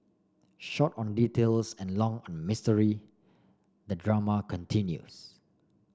short on details and long on mystery the drama continues